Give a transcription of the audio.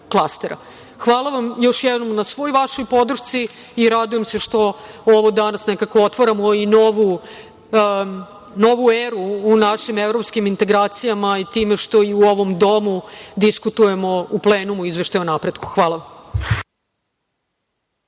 vam, još jednom, na svoj vašoj podršci. Radujem se što ovo danas nekako otvaramo i novu eru u našim evropskim integracijama i time što u i ovom domu diskutujemo u plenumu o Izveštaju o napretku. Hvala.